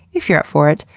if you're up for it,